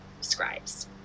scribes